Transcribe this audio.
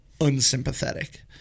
unsympathetic